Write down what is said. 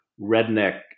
redneck